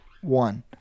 one